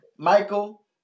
Michael